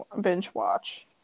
binge-watch